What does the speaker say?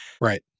Right